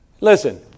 Listen